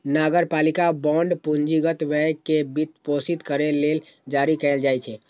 नगरपालिका बांड पूंजीगत व्यय कें वित्तपोषित करै लेल जारी कैल जाइ छै